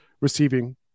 receiving